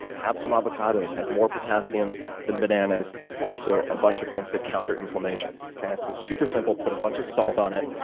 have some avocados. it has more potassium that bananas also a bunch of things that counter inflammation. so super simple, put a bunch of salt on it.